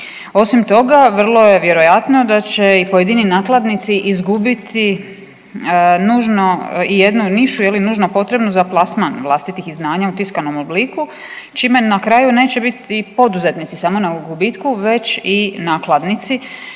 Osim toga, vrlo je vjerojatno da će i pojedini nakladnici izgubiti nužno i jednu nišu je li nužno potrebnu za plasman vlastitih i znanja u tiskanom obliku čime na kraju neće biti poduzetnici samo na gubitku nego već i nakladnici,